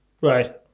Right